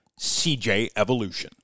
cjevolution